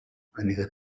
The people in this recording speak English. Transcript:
anita